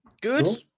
Good